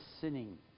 sinning